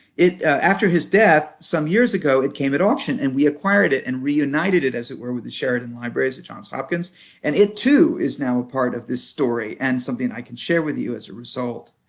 after his death some years ago it came at auction and we acquired it and reunited it, as it were, with the sheraton libraries at johns hopkins and it, too, is now a part of this story and something i can share with you as a result.